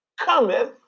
cometh